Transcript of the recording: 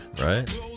right